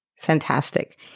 Fantastic